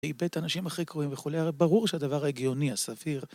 איבד את האנשים הכי קרובים וכולי, ברור שהדבר ההגיוני, הסביר...